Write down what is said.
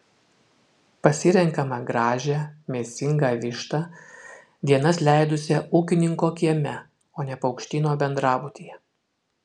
pasirenkame gražią mėsingą vištą dienas leidusią ūkininko kieme o ne paukštyno bendrabutyje